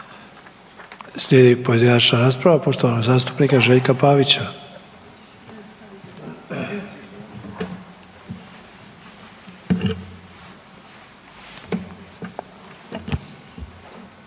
Slijedi pojedinačna rasprava poštovanog zastupnika Željka Pavića.